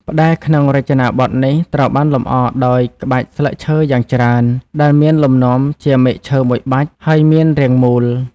ផ្តែរក្នុងរចនាបថនេះត្រូវបានលម្អដោយ ក្បាច់ស្លឹកឈើយ៉ាងច្រើន ដែលមានលំនាំជាមែកឈើមួយបាច់ ហើយមានរាងមូល។